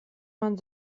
man